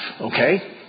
okay